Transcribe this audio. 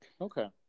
Okay